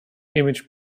image